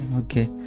okay